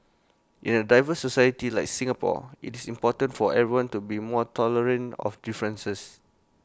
in A diverse society like Singapore IT is important for everyone to be more tolerant of differences